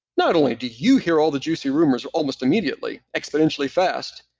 not only do you hear all the juicy rumors almost immediately, exponentially fast,